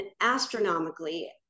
astronomically